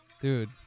Dude